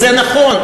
וזה נכון.